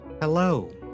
Hello